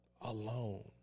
alone